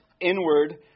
inward